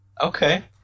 Okay